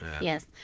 Yes